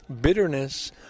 bitterness